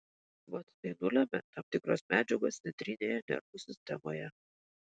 mat tai nulemia tam tikros medžiagos centrinėje nervų sistemoje